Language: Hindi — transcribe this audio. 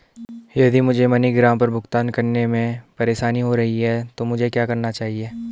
यदि मुझे मनीग्राम पर भुगतान करने में परेशानी हो रही है तो मुझे क्या करना चाहिए?